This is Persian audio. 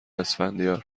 اسفندیار